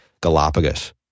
Galapagos